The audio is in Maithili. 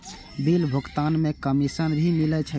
बिल भुगतान में कमिशन भी मिले छै?